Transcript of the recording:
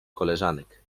koleżanek